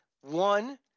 One